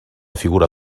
figura